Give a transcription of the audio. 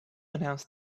announce